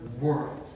world